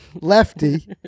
lefty